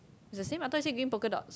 is the same I thought you say green polka dot